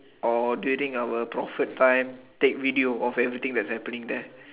or during out prophet time take video of everything that's happening there